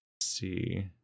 see